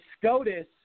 SCOTUS